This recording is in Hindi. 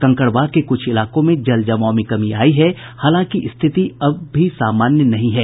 कंकड़बाग के कुछ इलाकों में जल जमाव में कमी आयी है हालांकि स्थिति अब भी सामान्य नहीं है